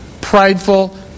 prideful